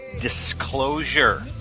disclosure